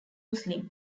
muslim